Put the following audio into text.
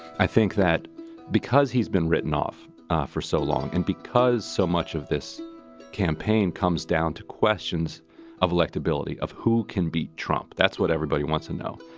i think that because he's been written off for so long and because so much of this campaign comes down to questions of electability, of who can beat trump, that's what everybody wants to know.